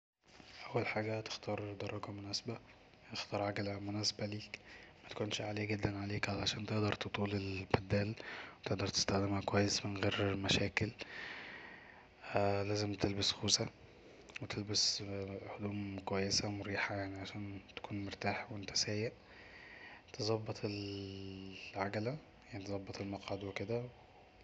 اول حاجه هتختار دراجة مناسبه اختار عجله مناسبه ليك متكونش عاليه جدا عليك عشان تقدر تطول البدال وتقدر تستخدمها كويس من غير مشاكل لازم تلبس خوذه وتلبس هدوم كويسه ومريحه يعني عشان تكون مرتاح وانت سايق, تظبط العجله يعني تظبط المقعد وكدا